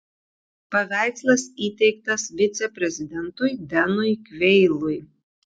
paveikslas įteiktas viceprezidentui denui kveilui